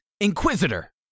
Inquisitor